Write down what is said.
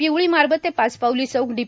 पवळी मारबत ते पाचपावल चौक डी